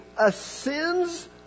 ascends